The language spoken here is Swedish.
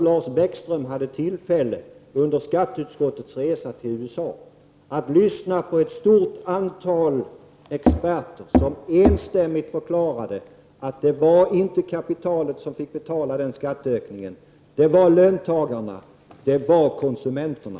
Lars Bäckström hade faktiskt under skatteutskottets resa till USA tillfälle att lyssna på ett stort antal experter som enstämmigt förklarade att det inte var kapitalet som fick betala den skatteökningen utan löntagarna och konsumenterna.